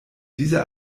dieser